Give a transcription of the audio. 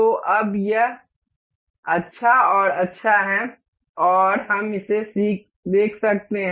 तो अब यह अच्छा और अच्छा है और हम इसे देख सकते हैं